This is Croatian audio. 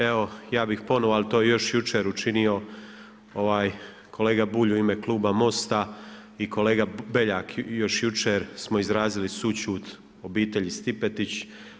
Evo ja bih ponovo, ali to je još jučer učinio kolega Bulj u ime kluba Most-a i kolega BEljak još jučer smo izrazili sućut obitelji Stipetić.